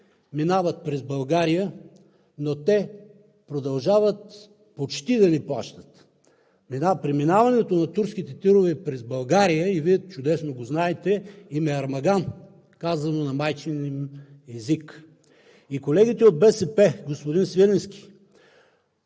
минават през България, но те продължават почти да не плащат. Преминаването на турските тирове през България, и Вие чудесно го знаете, им е армаган, казано на майчиния им език. И колегите от БСП, господин Свиленски,